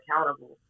accountable